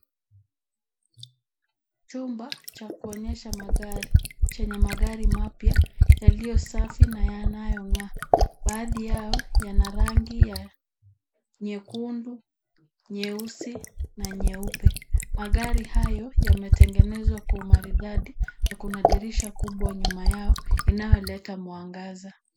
Chumba cha kuonyesha magari chenye magari mapya yaliyo safi na yanayong'aa. Baadhi yao yana rangi ya nyekundu, nyeusi na nyeupe. Magari hayo yametengenezwa kwa umaridadi na kuna dirisha kubwa nyuma yao inayoleta mwangaza.